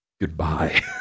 Goodbye